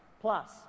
Plus